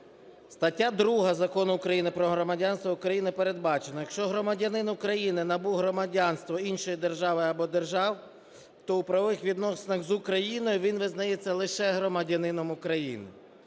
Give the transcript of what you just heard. Статтею 2 Закону України "Про громадянство України" передбачено: "Якщо громадянин України набув громадянство іншої держави або держав, то у правових відносинах з Україною він визнається лише громадянином України".